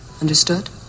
Understood